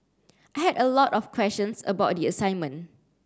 I had a lot of questions about the assignment